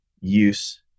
use